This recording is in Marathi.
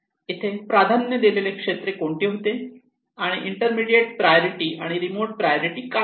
इथे प्राधान्य दिलेले क्षेत्रे कोणती होती आणि इंटरमीटेड प्रायोरिटी आणि रिमोट प्रायोरिटी काय आहे